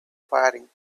firing